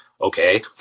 Okay